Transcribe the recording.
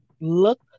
look